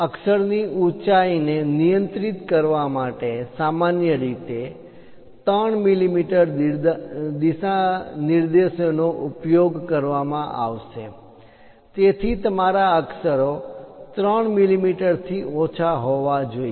અક્ષર ની ઊંચાઈ ને નિયંત્રિત કરવા માટે સામાન્ય રીતે 3 મિલીમીટર દિશાનિર્દેશો નો ઉપયોગ કરવામાં આવશે તેથી તમારા અક્ષરો 3 મિલીમીટર થી ઓછા હોવા જોઈએ